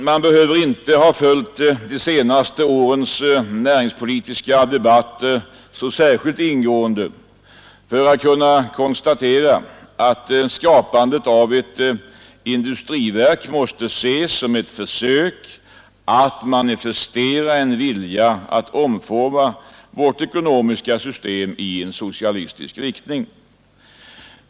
Man behöver inte ha följt de senaste årens näringspolitiska debatt så särskilt ingående för att kunna konstatera att skapandet av ett industriverk måste ses som ett försök att manifestera en vilja att omforma vårt ekonomiska system i socialistisk riktning.